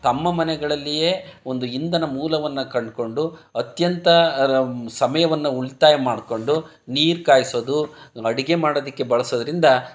ತಮ್ಮ ಮನೆಗಳಲ್ಲಿಯೇ ಒಂದು ಇಂಧನ ಮೂಲವನ್ನು ಕಂಡುಕೊಂಡು ಅತ್ಯಂತ ರ ಸಮಯವನ್ನ ಉಳಿತಾಯ ಮಾಡಿಕೊಂಡು ನೀರು ಕಾಯಿಸೋದು ಅಡುಗೆ ಮಾಡೋದಕ್ಕೆ ಬಳಸೋದ್ರಿಂದ